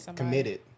committed